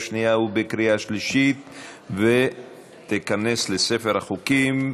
שנייה ובקריאה שלישית ותיכנס לספר החוקים.